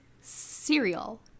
cereal